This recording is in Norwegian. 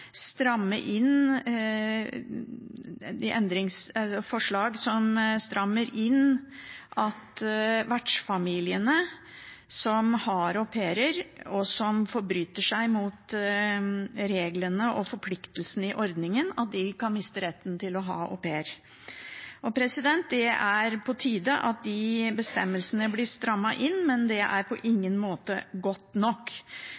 inn, at vertsfamiliene som har au pairer, og som forbryter seg mot reglene og forpliktelsen i ordningen, kan miste retten til å ha au pair. Det er på tide at de bestemmelsene blir strammet inn, men det er på ingen måte godt nok,